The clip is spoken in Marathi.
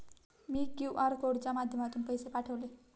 मी क्यू.आर कोडच्या माध्यमातून पैसे पाठवले